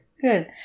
Good